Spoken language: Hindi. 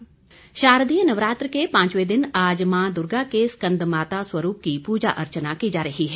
नवरात्र शारदीय नवरात्र के पांचवें दिन आज मां दुर्गा के स्कन्दमाता स्वरूप की पूजा अर्चना की जा रही है